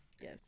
Yes